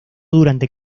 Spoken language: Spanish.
durante